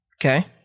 Okay